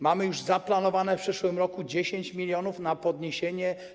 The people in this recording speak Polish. Mamy już zaplanowane w przyszłym roku 10 mln na podniesienie pensji.